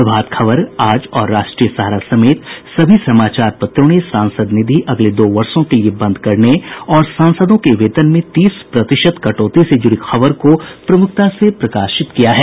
प्रभात खबर आज और राष्ट्रीय सहारा समेत सभी समाचार पत्रों ने सांसद निधि अगले दो वर्षों के लिए बंद करने और सांसदों के वेतन में तीस प्रतिशत कटौती से जुड़ी खबर को प्रमुखता से प्रकाशित किया है